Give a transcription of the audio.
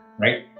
Right